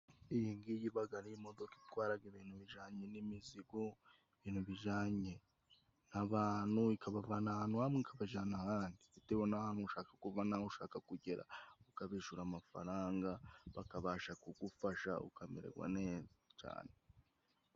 Iyi ngiyi ibaga ari imodoka itwararaga ibintu bijanye n'imizigo, ibintu bijanye n'abantu, ikabavana ahantu hamwe ukabajana ahandi bitewe n'ahantu ushaka kugera, ukabishura amafaranga, bakabasha kugufasha ukamererwa neza cyane.